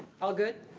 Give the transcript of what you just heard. all good.